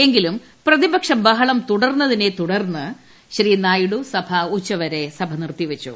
എങ്കിലും പ്രതിപക്ഷ ബഹളം തുടർന്നതിനെ തുടർന്ന് ശ്രീ നായിഡു സഭ ഉച്ചവരെ നിർത്തിവച്ചു